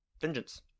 vengeance